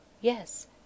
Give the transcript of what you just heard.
Yes